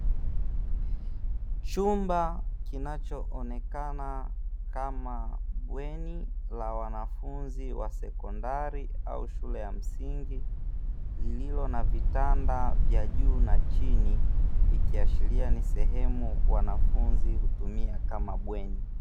Chumba kinachoonekana kama bweni la wanafunzi wa sekondari au shule ya msingi, lililo na vitanda vya juu na chini,; ikiashiria ni sehemu wanafunzi hutumia kama bweni.